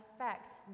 affect